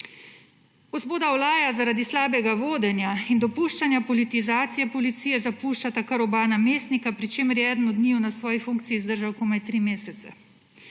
Gospoda Olaja zaradi slabega vodenja in dopuščanja politizacije policije zapuščata kar oba namestnika, pri čemer je eden od njiju na svoji funkciji zdržal komaj tri mesece.